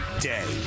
day